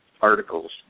articles